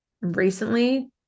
Recently